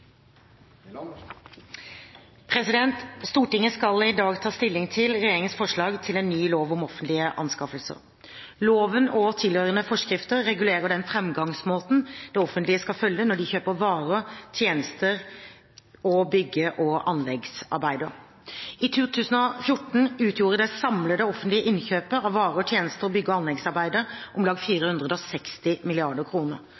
til. Stortinget skal i dag ta stilling til regjeringens forslag til en ny lov om offentlige anskaffelser. Loven og tilhørende forskrifter regulerer den framgangsmåten det offentlige skal følge når de kjøper varer, tjenester og bygge- og anleggsarbeider. I 2014 utgjorde det samlede offentlige innkjøpet av varer, tjenester og bygge- og anleggsarbeider om lag